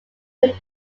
could